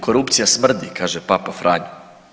Korupcija smrdi!“, kaže Papa Franjo.